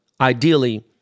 ideally